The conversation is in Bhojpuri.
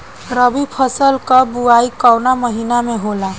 रबी फसल क बुवाई कवना महीना में होला?